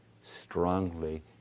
strongly